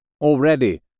Already